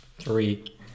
Three